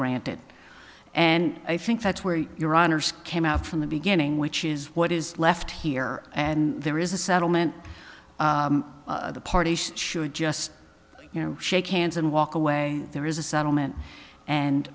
granted and i think that's where your honors came out from the beginning which is what is left here and there is a settlement the parties should just you know shake hands and walk away there is a settlement and